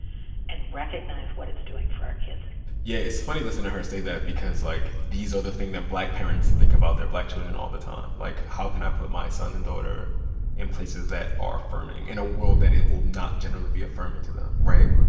and recognize what it's doing for our kids yeah, it's funny listening to her say that because, like, these are the thing that black parents think about their black children all the time. like, how can i put my son and daughter in places that are affirming in a world that it will not generally be affirming to them, right?